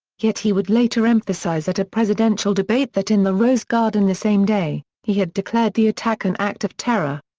yet he would later emphasize at a presidential debate that in the rose garden the same day, he had declared the attack an act of terror.